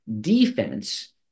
Defense